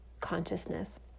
consciousness